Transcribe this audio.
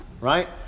right